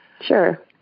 Sure